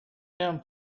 him